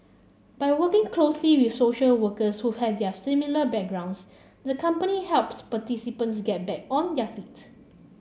by working closely with social workers who have their similar backgrounds the company helps participants get back on their feet